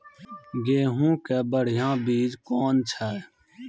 गेहूँ के बढ़िया बीज कौन छ?